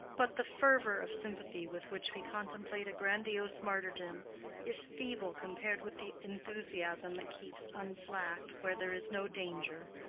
but the fervor of sympathy with which we contemplate a grandiose martyrdom is feeble compared with the enthusiasm that keeps unslacked where there is no danger,